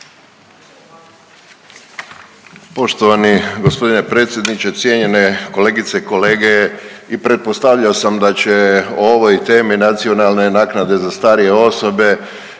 Poštovani g. predsjedniče, cijenjene kolegice, kolege i pretpostavljao sam da će o ovoj temi nacionalne naknade za starije osobe